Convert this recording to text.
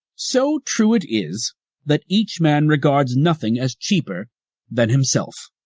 so true it is that each man regards nothing as cheaper than himself.